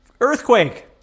Earthquake